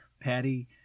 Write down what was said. Patty